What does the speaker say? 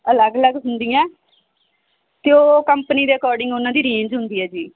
ਅਲੱਗ ਅਲੱਗ ਹੁੰਦੀਆਂ ਅਤੇ ਉਹ ਕੰਪਨੀ ਦੇ ਅਕੋਰਡਿੰਗ ਉਹਨਾਂ ਦੀ ਰੇਂਜ ਹੁੰਦੀ ਹੈ ਜੀ